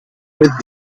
with